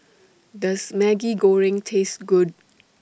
Does Maggi Goreng Taste Good